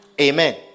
Amen